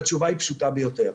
והתשובה היא פשוטה ביותר.